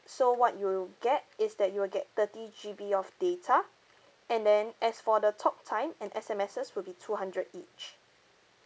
so what you get is that you will get thirty G_B of data and then as for the talk time and S_M_Ses would be two hundred each